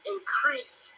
Increase